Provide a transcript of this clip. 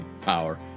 power